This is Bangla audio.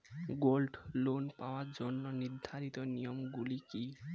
গোল্ড লোন পাওয়ার জন্য নির্ধারিত নিয়ম গুলি কি?